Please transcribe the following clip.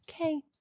Okay